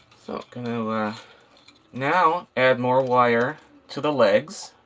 so now now add more wire to the legs.